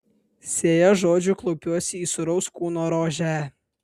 sėja žodžių klaupiuosi į sūraus kūno rožę